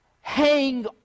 hang